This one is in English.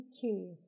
curious